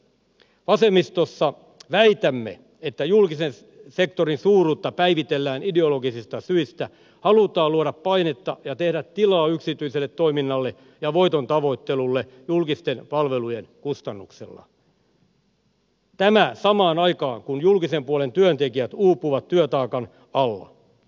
vasemmistossa väitämme että julkisen sektorin suuruutta päivitellään ideologisista syistä halutaan luoda painetta ja tehdä tilaa yksityiselle toiminnalle ja voiton tavoittelulle julkisten palvelujen kustannuksella tämä samaan aikaan kun julkisen puolen työntekijät uupuvat työtaakan alla